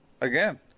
again